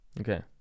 Okay